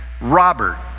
Robert